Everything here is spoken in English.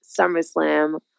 SummerSlam